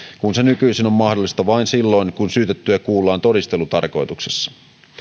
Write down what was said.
kun se nykyisin on mahdollista vain silloin kun syytettyä kuullaan todistelutarkoituksessa